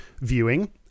viewing